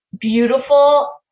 beautiful